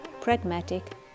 pragmatic